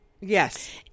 Yes